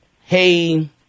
hey